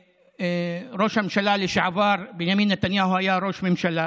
ראש הממשלה לשעבר בנימין נתניהו היה ראש ממשלה